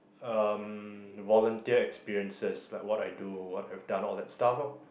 um volunteer experiences like what I do what I've done all that stuff lor